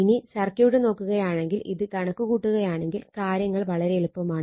ഇനി സർക്യൂട്ട് നോക്കുകയാണെങ്കിൽ ഇത് കണക്ക് കൂട്ടുകയാണെങ്കിൽ കാര്യങ്ങൾ വളരെ എളുപ്പമാണ്